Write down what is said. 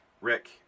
Rick